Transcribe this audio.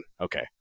Okay